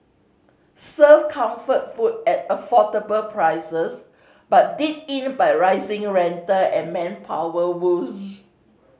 served comfort food at affordable prices but did in by rising rental and manpower woes